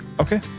Okay